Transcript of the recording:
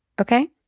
Okay